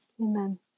Amen